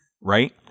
right